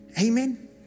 Amen